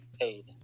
paid